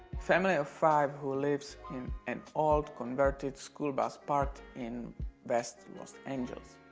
family of five who lives in an old converted school bus part in west los angels.